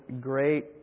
great